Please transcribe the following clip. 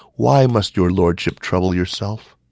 why must your lordship trouble yourself?